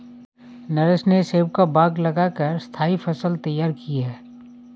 नरेश ने सेब का बाग लगा कर स्थाई फसल तैयार की है